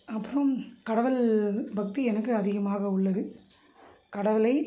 அப்புறம் கடவுள் பக்தி எனக்கு அதிகமாக உள்ளது கடவுளை